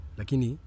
Lakini